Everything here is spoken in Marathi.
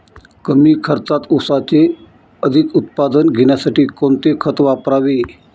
कमी खर्चात ऊसाचे अधिक उत्पादन घेण्यासाठी कोणते खत वापरावे?